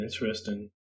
interesting